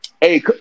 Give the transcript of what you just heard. Hey